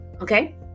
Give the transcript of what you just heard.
Okay